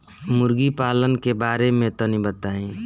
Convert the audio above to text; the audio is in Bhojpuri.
मुर्गी पालन के बारे में तनी बताई?